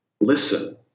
listen